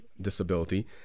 disability